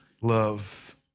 love